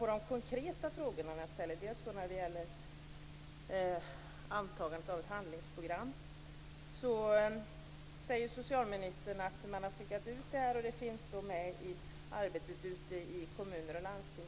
några konkreta frågor bl.a. om antagande av ett handlingsprogram. Socialministern säger att man har skickat ut program. Det finns med i arbetet i kommuner och landsting.